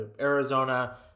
Arizona